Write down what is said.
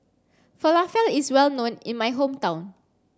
Falafel is well known in my hometown